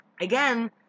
Again